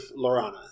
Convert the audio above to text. Lorana